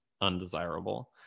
undesirable